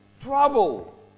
trouble